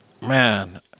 Man